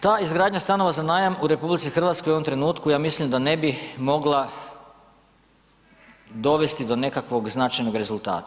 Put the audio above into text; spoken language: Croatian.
Ta izgradnja stanova za najam u RH u ovom trenutku ja mislim da ne bi mogla dovesti do nekakvog značajnog rezultata.